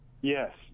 Yes